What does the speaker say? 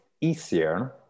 easier